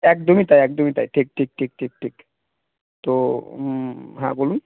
একদমই তাই একদমই তাই ঠিক ঠিক ঠিক ঠিক ঠিক তো হ্যাঁ বলুন